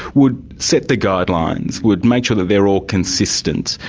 would set the guidelines, would make sure that they're all consistent,